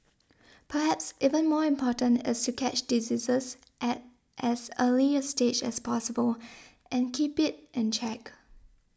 perhaps even more important is to catch diseases at as early a stage as possible and keep it in check